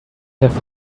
have